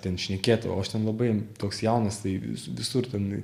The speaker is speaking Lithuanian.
ten šnekėt o aš ten labai toks jaunas tai vis visur ten